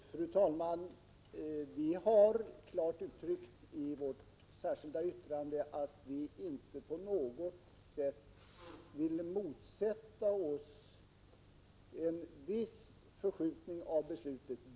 Fru talman! Vi har klart uttryckt i vårt särskilda yttrande att vi inte på något sätt vill motsätta oss en viss förskjutning av beslutet.